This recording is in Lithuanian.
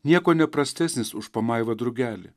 niekuo neprastesnis už pamaivą drugelį